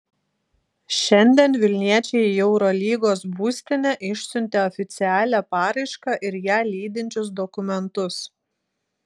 šiandien vilniečiai į eurolygos būstinę išsiuntė oficialią paraišką ir ją lydinčius dokumentus